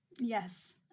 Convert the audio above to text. Yes